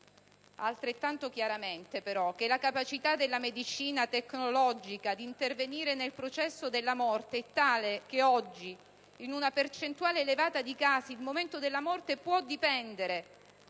altrettanto chiaramente però che la capacità della medicina tecnologica di intervenire nel processo della morte è tale che oggi, in una percentuale elevata di casi, il momento della morte può dipendere